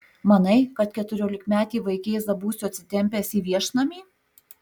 manai kad keturiolikmetį vaikėzą būsiu atsitempęs į viešnamį